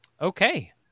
Okay